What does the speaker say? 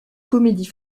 comédie